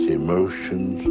emotions